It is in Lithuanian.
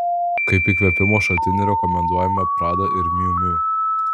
kaip įkvėpimo šaltinį rekomenduojame prada ir miu miu